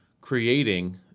creating